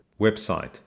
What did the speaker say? Website